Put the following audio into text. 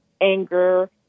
anger